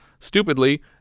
stupidly